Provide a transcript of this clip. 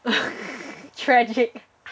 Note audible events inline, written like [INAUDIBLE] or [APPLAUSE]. [LAUGHS] tragic